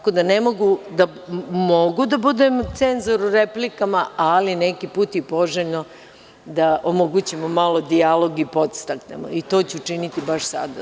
Mogu da budem cenzor u replikama, ali neki put je poželjno da omogućimo malo dijalog i podstaknemo, i to ću učiniti baš sada.